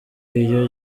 iyo